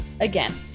Again